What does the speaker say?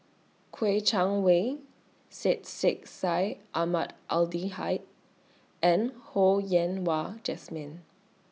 Kouo Shang Wei Syed Sheikh Syed Ahmad Al Hadi and Ho Yen Wah Jesmine